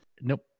nope